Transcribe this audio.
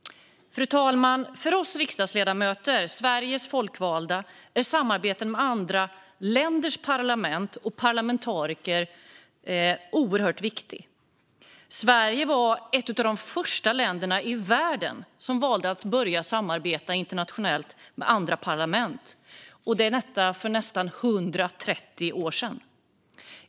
Fru talman! För oss riksdagsledamöter, Sveriges folkvalda, är samarbete med andra länders parlament och parlamentariker oerhört viktigt. Sverige var ett av de första länderna i världen som valde att börja samarbeta internationellt med andra parlament för nästan 130 år sedan.